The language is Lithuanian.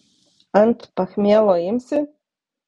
ant pachmielo imsi